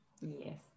Yes